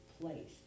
place